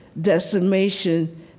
decimation